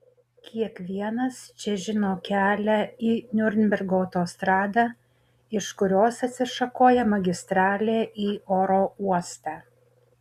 kiekvienas čia žino kelią į niurnbergo autostradą iš kurios atsišakoja magistralė į oro uostą